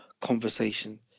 conversation